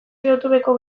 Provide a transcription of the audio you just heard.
youtubeko